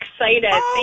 excited